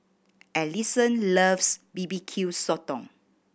Alison loves B B Q Sotong